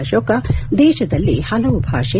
ಅಶೋಕ ದೇಶದಲ್ಲಿ ಹಲವು ಭಾಷೆ